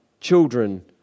Children